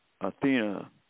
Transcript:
Athena